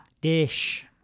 Dish